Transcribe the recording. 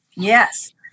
Yes